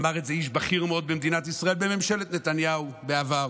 אמר את זה איש בכיר מאוד במדינת ישראל בממשלת נתניהו בעבר.